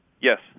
Yes